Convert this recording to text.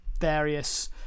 various